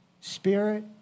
spirit